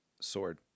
sword